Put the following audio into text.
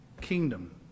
kingdom